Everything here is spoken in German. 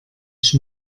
ich